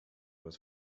was